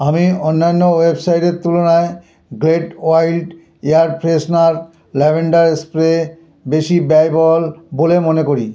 আমি অন্যান্য ওয়েবসাইটের তুলনায় Glade wild air freshener lavender spray বেশি ব্যয়বহুল বলে মনে করি